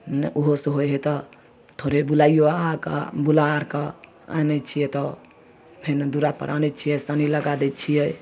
नहि ओहोसँ होइ हइ तऽ थोड़े बुलाइओ आके बुला आओरके आनै छिए तऽ फेरो दुअरापर आनै छिए सानी लगा दै छिए